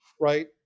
right